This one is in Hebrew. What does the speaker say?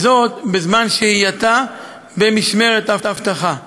וזאת בזמן שהייתה במשמרת אבטחה.